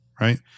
right